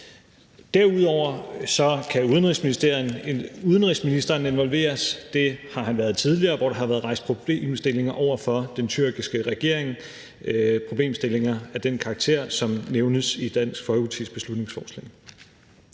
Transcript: Derudover kan udenrigsministeren involveres. Det har han været tidligere, hvor der har været rejst problemstillinger over for den tyrkiske regering, og det har været problemstillinger af den karakter, som nævnes i Dansk Folkepartis beslutningsforslag.